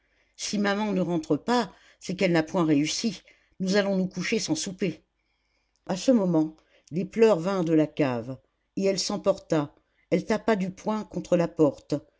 si maman ne rentre pas c'est qu'elle n'a point réussi nous allons nous coucher sans souper a ce moment des pleurs vinrent de la cave et elle s'emporta elle tapa du poing contre la porte